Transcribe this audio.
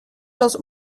los